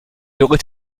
aurait